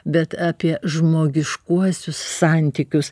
bet apie žmogiškuosius santykius